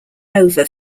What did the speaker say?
over